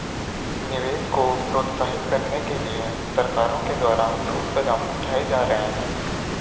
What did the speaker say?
निवेश को प्रोत्साहित करने के लिए सरकारों के द्वारा ठोस कदम उठाए जा रहे हैं